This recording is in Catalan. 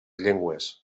llengües